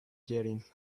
jetting